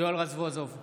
רזבוזוב,